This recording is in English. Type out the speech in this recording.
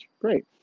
Great